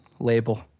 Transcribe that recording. label